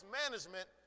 management